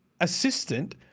assistant